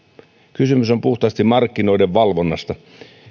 kysymys on puhtaasti markkinoiden valvonnasta